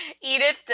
Edith